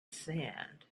sand